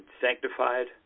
sanctified